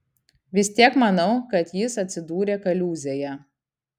vis tiek manau kad jis atsidūrė kaliūzėje